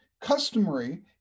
customary